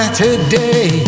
today